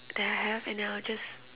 that I have and then I'll just